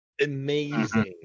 amazing